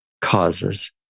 causes